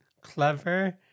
clever